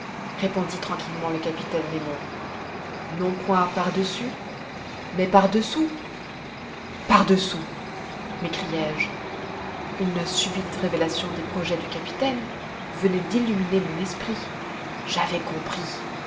répondit tranquillement le capitaine nemo non point par-dessus mais par-dessous par-dessous m'écriai-je une subite révélation des projets du capitaine venait d'illuminer mon esprit j'avais compris